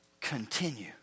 continue